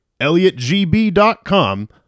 elliotgb.com